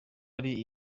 ari